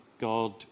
God